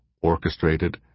orchestrated